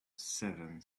seven